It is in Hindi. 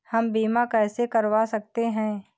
हम बीमा कैसे करवा सकते हैं?